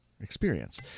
experience